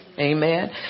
Amen